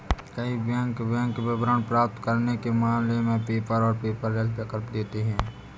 कई bank bank विवरण प्राप्त करने के मामले में पेपर और पेपरलेस विकल्प देते हैं